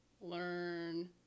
learn